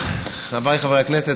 חבריי חברי הכנסת,